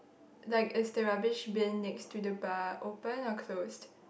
like is the rubbish bin next to the bar open or close